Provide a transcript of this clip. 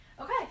Okay